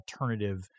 alternative